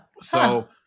So-